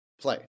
Play